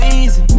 easy